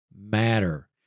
matter